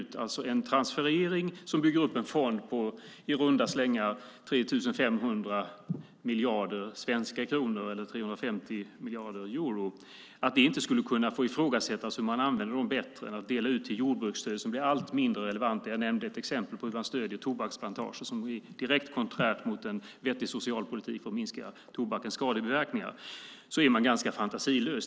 Det handlar om en transferering som bygger upp en fond på i runda slängar 3 500 miljarder svenska kronor eller 350 miljarder euro. Det kan diskuteras hur man använder dem bättre än genom att dela ut jordbruksstöd som blir allt mindre relevant. Jag nämnde ett exempel på hur man stöder tobaksplantager. Det är direkt konträrt mot en vettig socialpolitik som ska minska tobakens skadebiverkningar. Då är man ganska fantasilös.